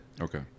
okay